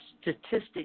statistics